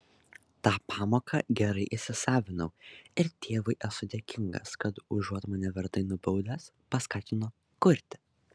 tą pamoką gerai įsisavinau ir tėvui esu dėkingas kad užuot mane vertai nubaudęs paskatino kurti